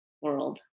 world